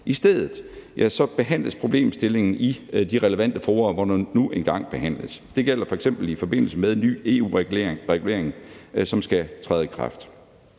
I stedet for behandles problemstillingen i de relevante fora, hvor den nu engang behandles. Det gælder f.eks. i forbindelse med ny EU-regulering, som skal træde i kraft.